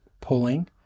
pulling